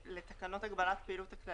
לתקנות הכלליות של הגבלת הפעילות.